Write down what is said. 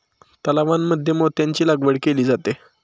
तलावांमध्ये मोत्यांची लागवड केली जाते